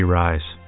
rise